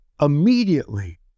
Immediately